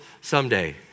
someday